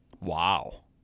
Wow